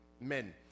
men